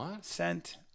sent